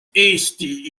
eesti